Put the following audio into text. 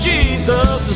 Jesus